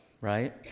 right